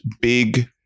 big